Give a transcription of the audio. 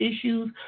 issues